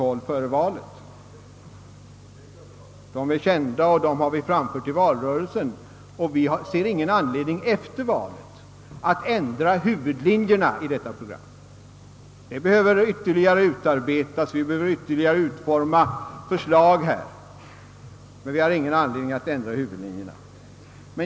De är väl kända, och vi finner ingen anledning att efter valet ändra huvudlinjen i detta program. Vi behöver ytterligare bearbeta förslagen, men vi har ingen anledning att ändra huvudlinjerna.